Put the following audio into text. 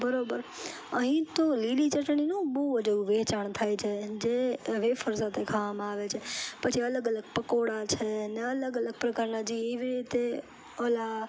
બરાબર અહીં તો લીલી ચટણીનું બહુ જ એવું વેંચાણ થાય છે જે વેફર સાથે ખાવામાં આવે છે પછી અલગ અલગ પકોડા છે ને અલગ અલગ પ્રકારના જે એવી રીતે અલા